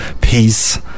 peace